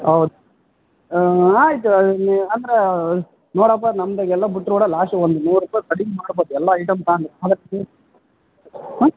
ಹೌದ್ ಹಾಂ ಆಯಿತು ನೀವು ಅಂದರೆ ನೋಡಪ್ಪ ನಮ್ದು ಎಲ್ಲ ಬಿಟ್ರೆ ಕೂಡ ಲಾಸ್ಟಿಗೆ ಒಂದು ನೂರು ರೂಪಾಯಿ ಕಡಿಮೆ ಮಾಡ್ಬಕು ಎಲ್ಲ ಐಟಮ್ ತಗಂಡು ಹಾಂ